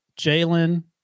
Jalen